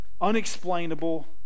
unexplainable